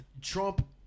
Trump